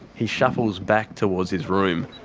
he shuffles back towards his room,